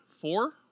four